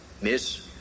Miss